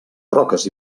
roques